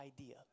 idea